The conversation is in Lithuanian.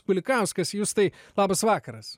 kulikauskas justai labas vakaras